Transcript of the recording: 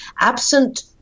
absent